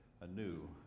anew